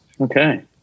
Okay